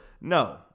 no